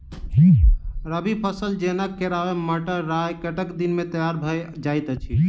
रबी फसल जेना केराव, मटर, राय कतेक दिन मे तैयार भँ जाइत अछि?